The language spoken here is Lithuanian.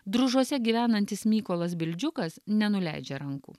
družuose gyvenantis mykolas bildžiukas nenuleidžia rankų